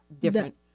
different